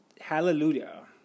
Hallelujah